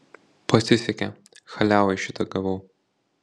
pasisekė chaliavai šitą gavau